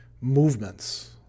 movements